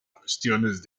cuestiones